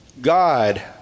God